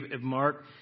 Mark